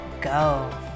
go